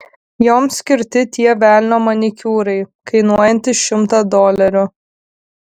joms skirti tie velnio manikiūrai kainuojantys šimtą dolerių